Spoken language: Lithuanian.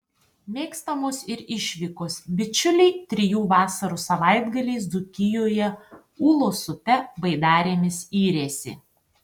mėgstamos ir išvykos bičiuliai trijų vasarų savaitgaliais dzūkijoje ūlos upe baidarėmis yrėsi